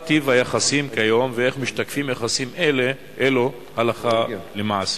מה טיב היחסים כיום ואיך משתקפים יחסים אלו הלכה למעשה?